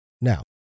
Now